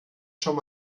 schon